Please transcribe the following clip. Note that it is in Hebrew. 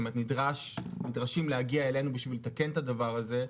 זאת אומרת נדרשים להגיע אלינו בשביל לתקן את הדבר הזה,